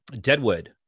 Deadwood